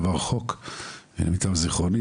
עבר חוק למיטב זכרוני,